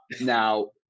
Now